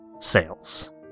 sales